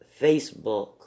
Facebook